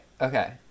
okay